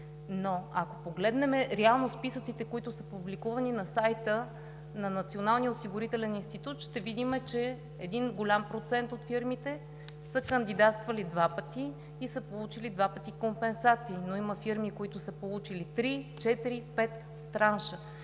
Но, ако погледнем реално списъците, които са публикувани на сайта на Националния осигурителен институт, ще видим, че един голям процент от фирмите са кандидатствали два пъти и са получи два пъти компенсация. Но има фирми, които са получили три, четири,